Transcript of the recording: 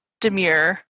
demure